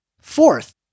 Fourth